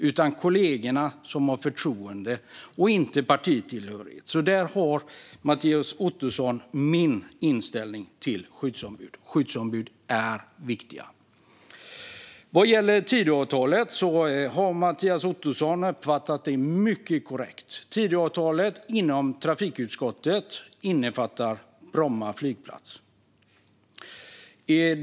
Det ska vara kollegorna, som har förtroende för personen. Det ska inte vara styrt av partitillhörighet. Där har Mattias Ottosson fått höra min inställning till skyddsombud. De är viktiga. Vad gäller Tidöavtalet har Mattias Ottosson uppfattat det helt korrekt. Tidöavtalet innefattar inom trafikutskottets område Bromma flygplats.